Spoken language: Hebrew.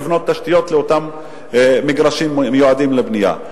לבניית תשתיות לאותם מגרשים מיועדים לבנייה.